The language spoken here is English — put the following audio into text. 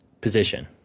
position